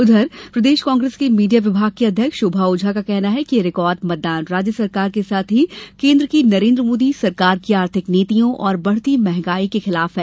उधर प्रदेश कांग्रेस की मीडिया विभाग की अध्यक्ष शोभा ओझा का कहना है कि यह रिकार्ड मतदान राज्य सरकार के साथ ही केंद्र की नरेंद्र मोदी सरकार की आर्थिक नीतियों और बढ़ती महंगाई आदि के खिलाफ है